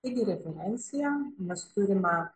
taigi referencija mes turime